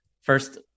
first